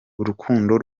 urukundo